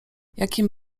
jakim